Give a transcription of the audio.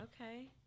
Okay